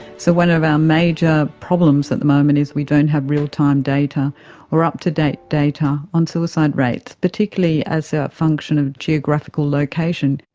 so one of our major problems at the moment is we don't have real-time data or up-to-date data on suicide rates, particularly as a function of geographical location.